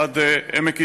עד עמק יזרעאל.